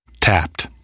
Tapped